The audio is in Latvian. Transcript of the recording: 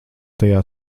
tajā